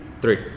Three